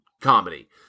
comedy